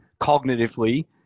cognitively